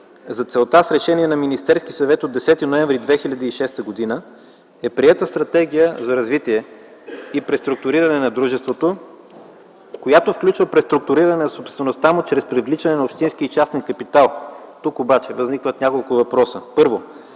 За целта с Решение на Министерския съвет от 10 ноември 2006 г. е приета Стратегия за развитие и преструктуриране на дружеството, която включва преструктуриране на собствеността му чрез привличане на общински и частен капитал. Тук обаче възникват няколко въпроса. Първо,